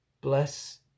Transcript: bless